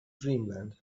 dreamland